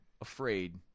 afraid